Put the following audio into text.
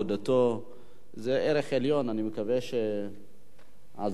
אני מקווה שהזעקות יישמעו במקום שהן צריכות להישמע.